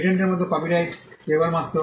পেটেন্টের মতো কপিরাইট কেবলমাত্র